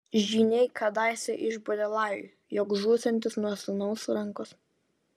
žyniai kadaise išbūrė lajui jog žūsiantis nuo sūnaus rankos